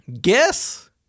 guess